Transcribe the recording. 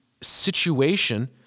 situation